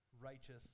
righteous